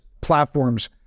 platforms